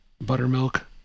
Buttermilk